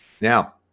now